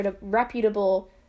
reputable